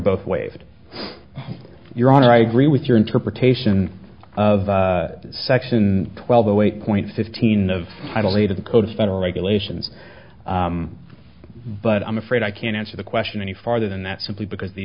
both waived your honor i agree with your interpretation of section twelve zero eight point fifteen of title eight of the code of federal regulations but i'm afraid i can't answer the question any farther than that simply because the